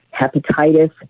hepatitis